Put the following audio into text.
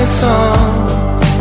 songs